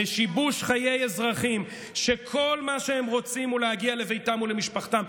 לשיבוש חיי אזרחים שכל מה שהם רוצים הוא להגיע לביתם ולמשפחתם.